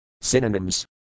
Synonyms